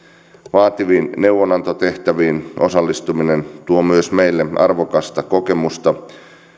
vaativiin neuvonantotehtäviin osallistuminen tuo myös meille arvokasta kokemusta